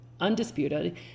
undisputed